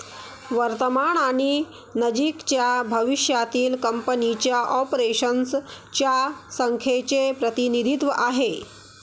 वर्तमान आणि नजीकच्या भविष्यातील कंपनीच्या ऑपरेशन्स च्या संख्येचे प्रतिनिधित्व आहे